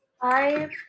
Five